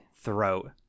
throat